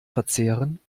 verzehren